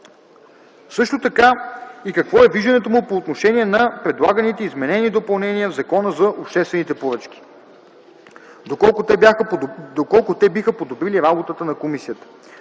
също така и какво е виждането му по отношение на предлаганите изменения и допълнения в Закона за обществените поръчки – доколко те биха подобрили работата на Комисията.